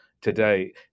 today